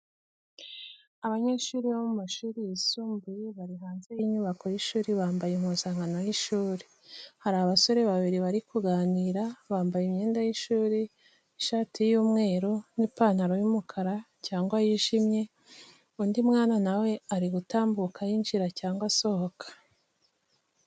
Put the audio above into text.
Abanyeshuri bo mu mashuri yisumbuye bari hanze y’inyubako y’ishuri bambaye impuzankano y’ishuri. Hari abasore babiri bari kuganira, bambaye imyenda y’ishuri: ishati y’umweru n’ipantaro y’umukara cyangwa yijimye, undi mwana na we ari gutambuka yinjira cyangwa asohoka.